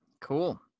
Cool